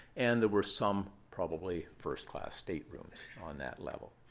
and there were some probably first-class state rooms on that level.